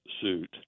suit